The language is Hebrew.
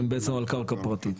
הם באזור על קרקע פרטית,